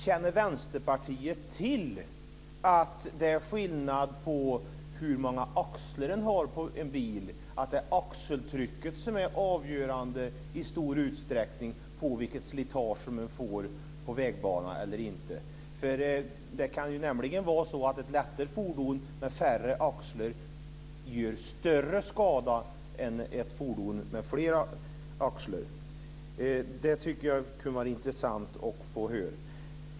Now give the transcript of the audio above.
Känner Vänsterpartiet till att det är skillnad mellan hur många axlar man har på en bil och axeltrycket, som i stor utsträckning är avgörande för vilket slitaget på vägbanan blir? Det kan nämligen vara så att ett lättare fordon med färre axlar gör större skada än ett fordon med fler axlar. Det tycker jag kunde vara intressant att få höra.